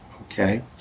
okay